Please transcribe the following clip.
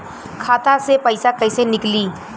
खाता से पैसा कैसे नीकली?